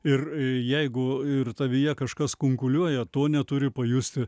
ir jeigu ir tavyje kažkas kunkuliuoja to neturi pajusti